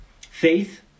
Faith